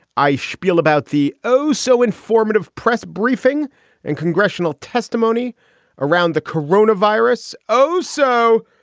i shpiel about the oh so informative press briefing and congressional testimony around the corona virus. oh, so.